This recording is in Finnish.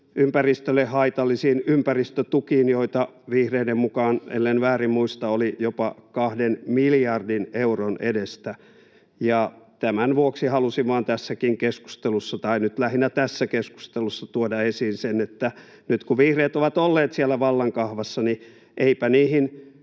ympäristölle haitallisiin yritystukiin, joita vihreiden mukaan, ellen väärin muista, oli jopa kahden miljardin euron edestä. Ja tämän vuoksi halusin vain nyt tässä keskustelussa tuoda esiin sen, että nyt kun vihreät ovat olleet siellä vallan kahvassa, niin eipä niihin